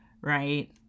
right